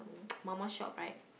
mama shop right